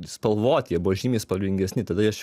spalvoti jie buvo žymiai spalvingesni tada aš